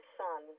son